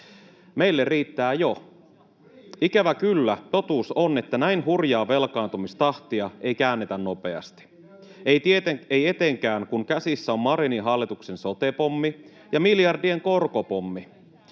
näytä riittävän!] Ikävä kyllä totuus on, että näin hurjaa velkaantumistahtia ei käännetä nopeasti, ei etenkään, kun käsissä on Marinin hallituksen sote-pommi ja miljardien korkopommi.